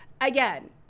again